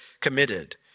committed